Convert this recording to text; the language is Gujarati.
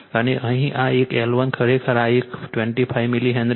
અને અહીં આ એક L1 ખરેખર આ એક 25 મિલી હેનરી છે